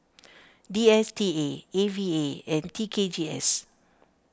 D S T A A V A and T K G S